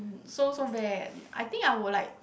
so so bad I think I would like